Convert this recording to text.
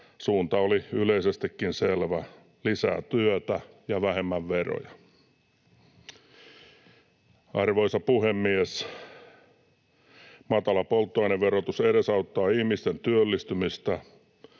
Suunta oli yleisestikin selvä: lisää työtä ja vähemmän veroja. Arvoisa puhemies! Matala polttoaineverotus edesauttaa ihmisten työllistymistä,